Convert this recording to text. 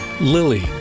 Lily